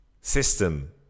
system